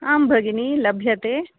आं भगिनि लभ्यते